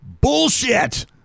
Bullshit